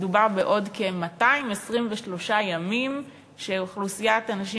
מדובר בעוד כ-223 ימים שבהם האנשים